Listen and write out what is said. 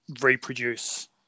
reproduce